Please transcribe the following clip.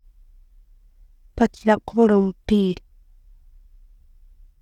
Bakira kuhura omupiira.